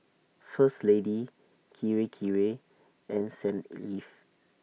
First Lady Kirei Kirei and Saint Ives